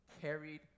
carried